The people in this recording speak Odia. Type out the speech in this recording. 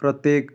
ପ୍ରତ୍ୟେକ